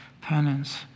penance